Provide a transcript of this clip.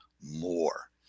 more